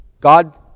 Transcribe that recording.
God